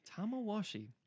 tamawashi